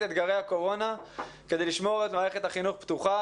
אתגרי הקורונה כדי לשמור על מערכת החינוך פתוחה.